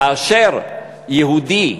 כאשר יהודי,